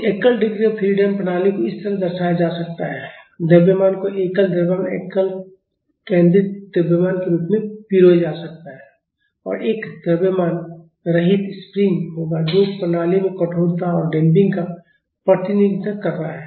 तो एकल degree of freedom प्रणाली को इस तरह दर्शाया जा सकता है द्रव्यमान को एकल द्रव्यमान एकल केंद्रित द्रव्यमान के रूप में पिरोया जा सकता है और एक द्रव्यमान रहित स्प्रिंग होगा जो प्रणाली में कठोरता और डैम्पिंग का प्रतिनिधित्व कर रहा है